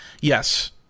Yes